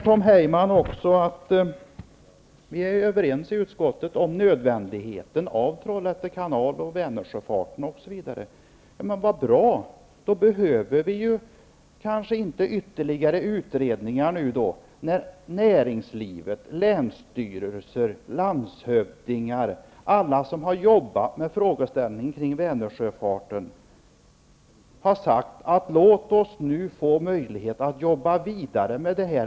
Tom Heyman säger också att vi i utskottet är överens om nödvändigheten av Trollhätte kanal, Vänertrafiken osv. Så bra! Då behöver vi nu kanske inte några ytterligare utredningar. Näringslivet, länsstyrelser, landshövdingar, alla som jobbat med frågorna om Vänersjöfarten, har sagt: Låt oss nu få möjlighet att jobba vidare med det här.